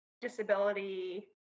disability